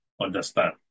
understand